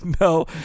No